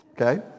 okay